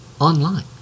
online